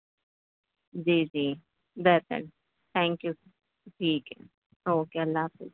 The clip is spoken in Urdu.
جی جی بہتر تھینک یو ٹھیک ہے اوکے اللہ حافظ